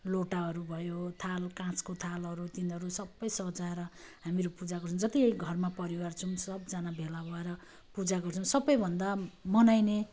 लोटाहरू भयो थालको काँचको थालहरू तिनीहरू सबै सजाएर हामीरू पूजा गर्छौँ जति एक घरमा परिवार छौँ सबजना भेला भएर पूजा गर्छौँ सबै भन्दा मनाइने